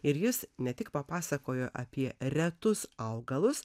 ir jis ne tik papasakojo apie retus augalus